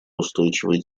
устойчивой